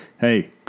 hey